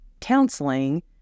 counseling